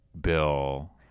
bill